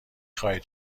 خواهید